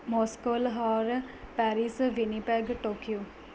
Moscow Lahore Paris Winnipeg Tokyo